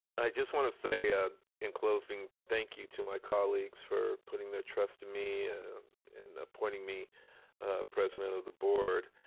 i just want to say ah in closing, thank you to my colleagues for putting their trust in me and appointing me president of the board.